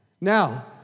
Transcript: Now